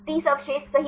30 अवशेष सही